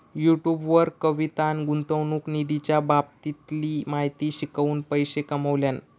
YouTube वर कवितान गुंतवणूक निधीच्या बाबतीतली माहिती शिकवून पैशे कमावल्यान